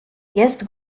jest